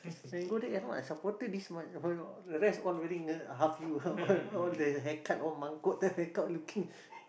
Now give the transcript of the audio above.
can go there ah you know supporter this month the rest all wearing half U all the haircut all mangkuk the haircut looking